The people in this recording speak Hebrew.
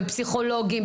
בפסיכולוגים,